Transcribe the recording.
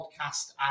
podcast